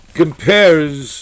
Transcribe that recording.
compares